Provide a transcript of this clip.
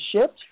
shift